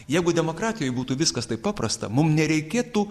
jeigu demokratijoj būtų viskas taip paprasta mum nereikėtų